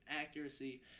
accuracy